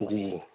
جی